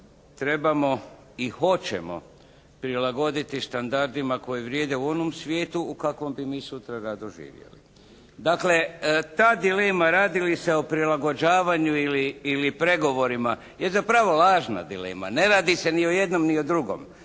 trebamo i hoćemo prilagoditi standardima koji vrijede u onom svijetu u kakvom bi mi sutra rado živjeli. Dakle, ta dilema radi li se o prilagođavanju ili pregovorima je zapravo lažna dilema. Ne radi se ni o jednom ni o drugom.